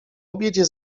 obiedzie